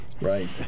Right